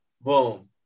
Boom